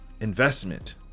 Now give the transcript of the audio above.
investment